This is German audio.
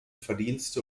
verdienste